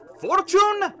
Fortune